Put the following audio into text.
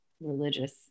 religious